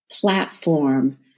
platform